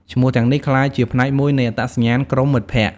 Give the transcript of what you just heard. ឈ្មោះទាំងនេះក្លាយជាផ្នែកមួយនៃអត្តសញ្ញាណក្រុមមិត្តភក្ដិ។